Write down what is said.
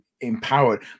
empowered